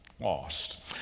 lost